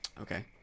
Okay